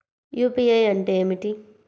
UPI అంటే ఏమిటీ?